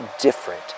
different